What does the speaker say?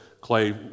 Clay